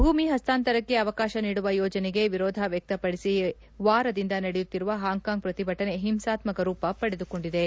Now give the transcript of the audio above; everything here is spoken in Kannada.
ಭೂಮಿ ಹಸ್ತಾಂತರಕ್ಕೆ ಅವಕಾಶ ನೀಡುವ ಯೋಜನೆಗೆ ವಿರೋಧ ವ್ಯಕ್ತಪಡಿಸಿ ವಾರದಿಂದ ನಡೆಯುತ್ತಿರುವ ಹಾಂಗ್ ಕಾಂಗ್ ಪ್ರತಿಭಟನೆ ಹಿಂಸಾತ್ಸಕ ರೂಪ ಪಡೆದುಕೊಂಡಿವೆ